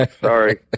sorry